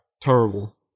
Terrible